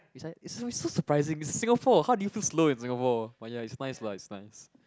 it's like is so is so surprising Singapore how did you feel slow in Singapore but ya is nice lah is nice